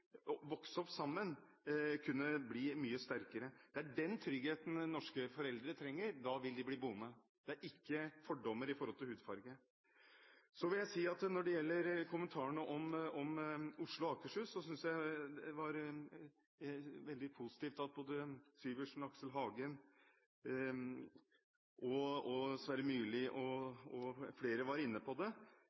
Det er den tryggheten norske foreldre trenger, da vil de bli boende, det er ikke fordommer mot hudfarge. Når det gjelder kommentarene om Oslo og Akershus, synes jeg det var veldig positivt det representantene Syversen, Aksel Hagen, Sverre Myrli og flere var inne på. Når det